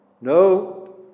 No